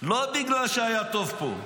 לא בגלל שהיה טוב פה.